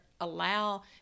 allow